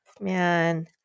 Man